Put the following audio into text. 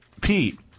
Pete